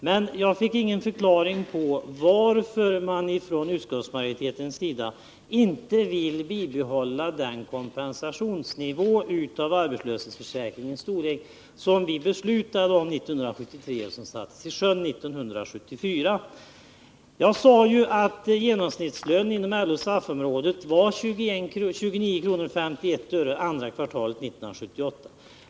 Men jag fick ingen förklaring på varför man från utskottsmajoritetens sida när det gäller arbetslöshetsförsäkringens storlek inte vill bibehålla den kompensationsnivå som vi beslutade 1973 och som sattes i sjön 1974. Jag sade att genomsnittslönen inom LO-SAF-området 1978 var 29:51.